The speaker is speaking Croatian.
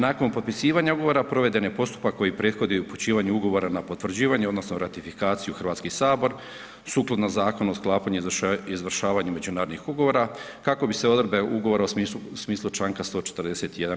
Nakon potpisivanja ugovora, proveden je postupak koji prethodi u upućivanje ugovora na potvrđivanje odnosno ratifikaciju u HS sukladno Zakonu o sklapanju i izvršavanju međunarodnih ugovora kako bi se odredbe ugovora u smislu čl. 141.